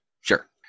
Sure